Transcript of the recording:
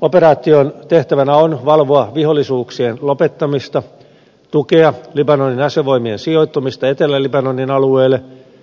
operaation tehtävänä on valvoa vihollisuuksien lopettamista tukea libanonin asevoimien sijoittumista etelä libanonin alueelle